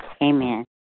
Amen